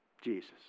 Jesus